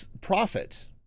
profit